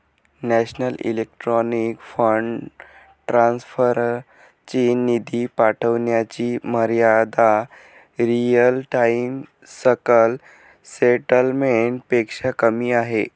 national electronic fund transfer ची निधी पाठविण्याची मर्यादा रिअल टाइम सकल सेटलमेंट पेक्षा कमी आहे